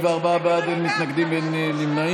אם כן, 44 בעד, אין מתנגדים ואין נמנעים.